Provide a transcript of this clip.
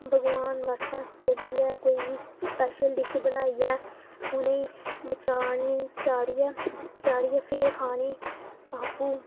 भगवान बास्तै कड्ढियै कोई बी स्पेशल डिश बनाइयै उ'नें ई चाढ़नी चाढ़ियै चाढ़ियै फिर खानी आपूं